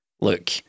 look